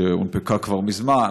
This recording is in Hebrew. שהונפקה כבר מזמן,